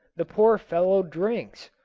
the poor fellow drinks.